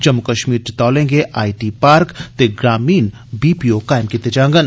जम्मू कष्मीर च तौले गै आई पार्क ते ग्रामीण बीपीओ कायम कीते जांगन